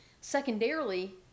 Secondarily